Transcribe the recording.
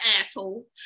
asshole